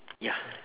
ya